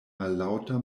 mallaŭta